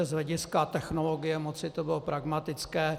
Z hlediska technologie moci to bylo pragmatické.